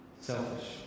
selfish